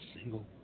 single –